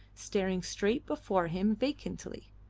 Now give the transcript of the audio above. staring straight before him vacantly.